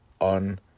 on